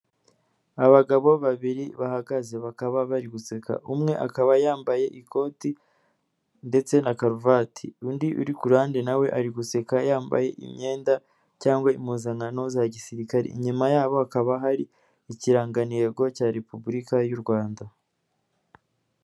Abagabo babiri bahagaze, bakaba bari guseka. Umwe akaba yambaye ikoti ndetse na karuvati, undi uri ku ruhande na we ari guseka yambaye imyenda cyangwa impuzankano za gisirikare. Inyuma yabo hakaba hari ikirangantego cya Repubulika y'u Rwanda.